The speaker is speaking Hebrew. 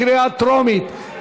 בקריאה טרומית.